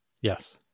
Yes